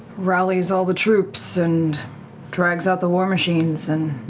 rallies all the troops and drags out the war machines and